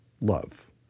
love